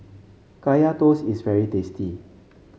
Kaya Toast is very tasty